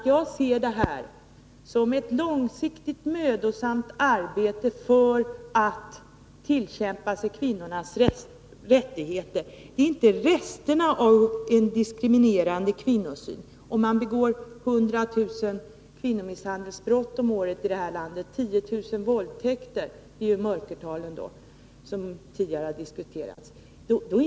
Jag ser detta som ett långsiktigt mödosamt arbete för att tillkämpa kvinnorna deras rättigheter. Det är inte fråga om resterna av en diskriminerande kvinnosyn om det begås 100 000 kvinnomisshandelsbrott om året i det här landet. Då blir mörkertalet 10 000 våldtäkter. Det har vi diskuterat tidigare.